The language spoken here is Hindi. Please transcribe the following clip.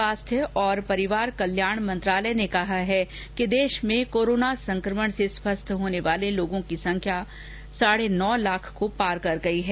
स्वास्थ्य और परिवार कल्याण मंत्रालय ने कहा है कि देश में कोरोना संक्रमण से स्वस्थ होने वाले लोगों की संख्या साढे नौ लाख को पार कर गई है